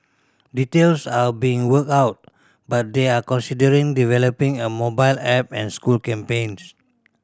details are being worked out but they are considering developing a mobile app and school campaigns